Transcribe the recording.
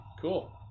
Cool